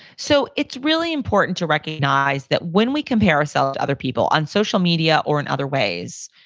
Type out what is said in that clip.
so it's really important to recognize that when we compare ourselves to other people on social media, or in other ways,